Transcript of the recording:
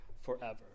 forever